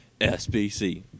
SBC